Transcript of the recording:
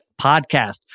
podcast